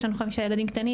יש לנו חמישה ילדים בבית,